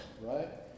right